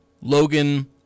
Logan